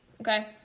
Okay